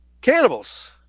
Cannibals